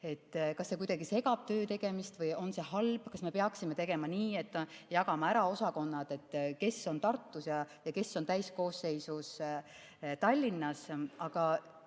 siis see kuidagi segab töö tegemist. Kas see on halb ja kas me peaksime tegema nii, et jagame osakonnad ära: kes on Tartus ja kes on täiskoosseisus Tallinnas? Aga